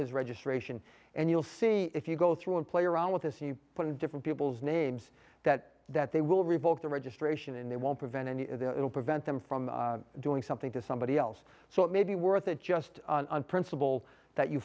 his registration and you'll see if you go through and play around with this you put a different people's names that that they will revoke their registration and they won't prevent any will prevent them from doing something to somebody else so it may be worth it just on principle that you